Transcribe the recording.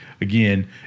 again